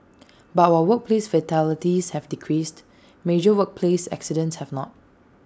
but while workplace fatalities have decreased major workplace accidents have not